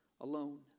alone